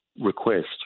request